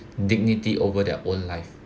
dignity over their own life